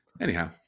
Anyhow